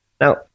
now